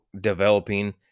developing